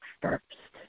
first